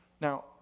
Now